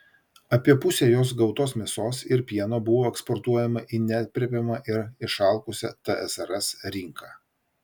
apie pusę jos gautos mėsos ir pieno buvo eksportuojama į neaprėpiamą ir išalkusią tsrs rinką